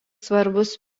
svarbus